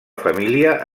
família